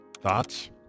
Thoughts